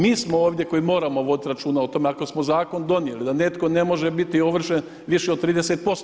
Mi smo ovdje koji moramo voditi računa o tome, ako smo zakon donijeli, da netko ne može biti ovršen više od 30%